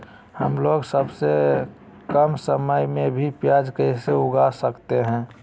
हमलोग सबसे कम समय में भी प्याज कैसे उगा सकते हैं?